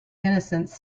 innocence